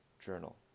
Journal